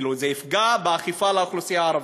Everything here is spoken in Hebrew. כאילו, זה יפגע באכיפה באוכלוסייה הערבית.